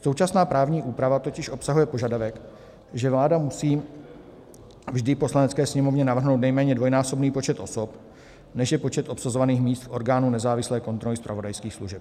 Současná právní úprava totiž obsahuje požadavek, že vláda musí vždy Poslanecké sněmovně navrhnout nejméně dvojnásobný počet osob, než je počet obsazovaných míst v orgánu nezávislé kontroly zpravodajských služeb.